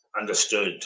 understood